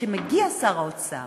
כשמגיע שר האוצר